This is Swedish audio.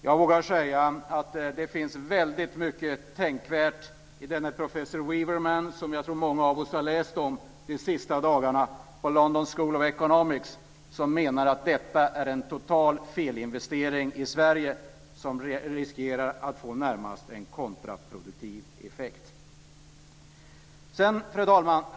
Jag vågar säga att det finns väldigt mycket tänkvärt i det som professor Weaverman, som jag tror många av oss har läst om de senaste dagarna, på London School of Economics säger. Han menar att detta är en total felinvestering i Sverige, som riskerar att få närmast en kontraproduktiv effekt. Fru talman!